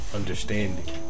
understanding